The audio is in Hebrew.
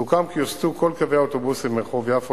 סוכם כי יוסטו כל קווי האוטובוסים מרחוב יפו